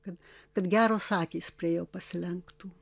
kad kad geros akys prie jo pasilenktų